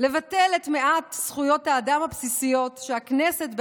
לבטל את מעט זכויות האדם הבסיסיות שהכנסת,